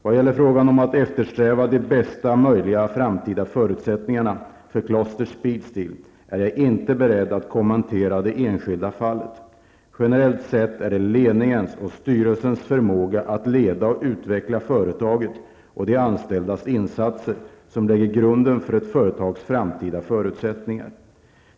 Vad gäller frågan om att eftersträva de bästa möjliga framtida förutsättningarna för Kloster Speedsteel är jag inte beredd att kommentera det enskilda fallet. Generellt sett är det ledningens och styrelsens förmåga att leda och utveckla företaget och de anställdas insatser som lägger grunden för ett företags framtida förutsättningar.